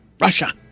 Russia